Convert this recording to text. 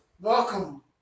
welcome